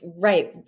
Right